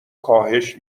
کاهش